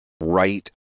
right